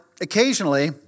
occasionally